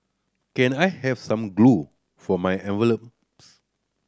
can I have some glue for my envelopes